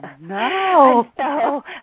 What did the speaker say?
no